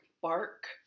Bark